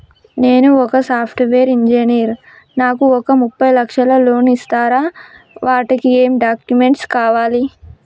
నేను ఒక software engineer నాకు ఒక ముప్పై లక్షల లోన్ ఇస్తరా? వాటికి ఏం డాక్యుమెంట్స్ కావాలి?